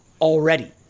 already